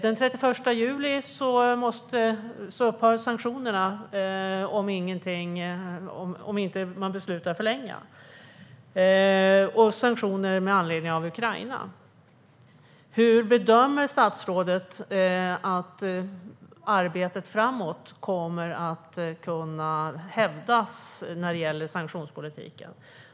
Den 31 juli upphör sanktionerna med anledning av Ukraina om man inte beslutar om en förlängning. Hur bedömer statsrådet att arbetet framöver kommer att lyckas när det gäller sanktionspolitiken?